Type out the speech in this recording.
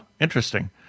Interesting